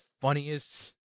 funniest